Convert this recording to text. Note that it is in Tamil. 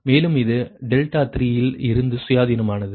மேலும் இது 3 இல் இருந்து சுயாதீனமானது